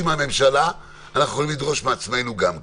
מהממשלה אנחנו יכולים לדרוש מעצמנו גם כן,